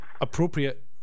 appropriate